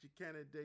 candidate